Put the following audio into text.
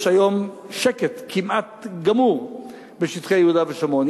יש היום שקט כמעט גמור בשטחי יהודה ושומרון.